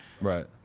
Right